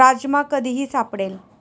राजमा कधीही सापडेल